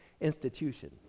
institution